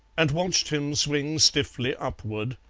and watched him swing stiffly upward,